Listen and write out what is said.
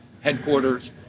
headquarters